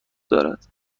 دارد